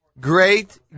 Great